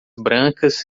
brancas